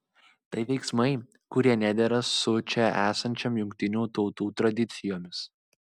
tai veiksmai kurie nedera su čia esančiom jungtinių tautų tradicijomis